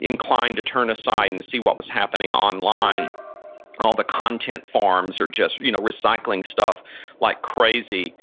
inclined to turn aside and to see what was happening online. and all the content farms are just you know recycling stuff like crazy.